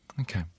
Okay